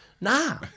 Nah